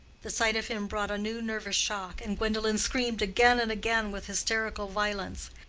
the sight of him brought a new nervous shock, and gwendolen screamed again and again with hysterical violence.